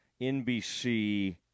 NBC